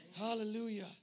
Hallelujah